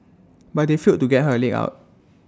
but they failed to get her leg out